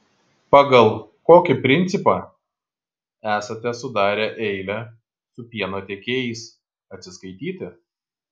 pagal kokį principą esate sudarę eilę su pieno tiekėjais atsiskaityti